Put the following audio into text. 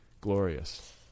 glorious